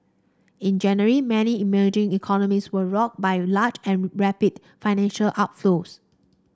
in January many emerging economies were rocked by large and rapid financial outflows